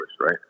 right